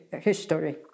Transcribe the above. history